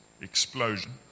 explosion